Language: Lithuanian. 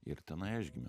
ir tenai aš gimiau